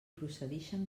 procedixen